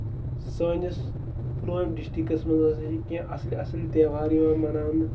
سٲنِس پُلوٲمۍ ڈِسٹرکَس منٛز ہسا چھِ کیٚنٛہہ اَصٕل اَصٕل تہوار یِوان مَناونہٕ